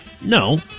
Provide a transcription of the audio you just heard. No